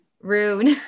Rune